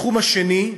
התחום השני,